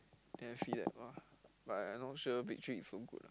then I feel like !wah! but I I not sure bake tree is so good ah